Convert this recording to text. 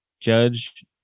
Judge